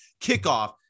kickoff